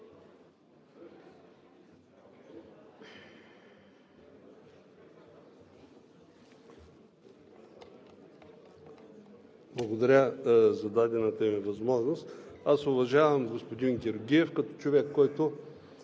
Благодаря за дадената ми възможност. Аз уважавам господин Георгиев като човек, който